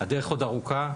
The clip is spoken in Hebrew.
הדרך עוד ארוכה,